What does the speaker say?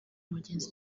umugenzi